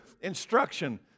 instruction